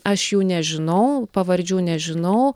aš jų nežinau pavardžių nežinau